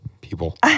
people